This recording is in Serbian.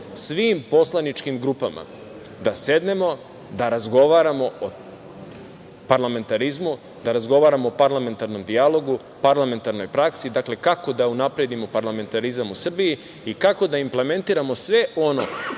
svim poslaničkim grupama da sednemo, da razgovaramo o parlamentarizmu, da razgovaramo o parlamentarnom dijalogu, parlamentarnoj praksi, dakle kako da unapredimo parlamentarizam u Srbiji i kako da implementiramo sve ono